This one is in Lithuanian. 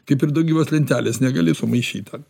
kaip ir daugybos lentelės negali sumaišyt ten